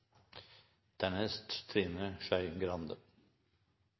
Representanten Trine Skei Grande